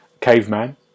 caveman